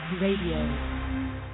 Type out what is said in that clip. Radio